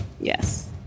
Yes